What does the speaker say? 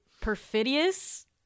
perfidious